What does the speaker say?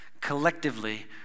collectively